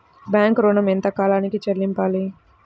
Bank ఋణం ఎంత కాలానికి చెల్లింపాలి?